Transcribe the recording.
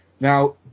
Now